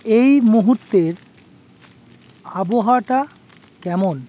এই মুহুর্তের আবহাওয়াটা কেমন